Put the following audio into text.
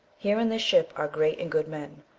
here in this ship are great and good men.